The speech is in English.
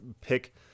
pick